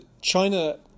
China